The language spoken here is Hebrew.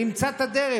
נמצא את הדרך,